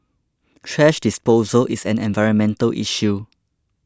thrash disposal is an environmental issue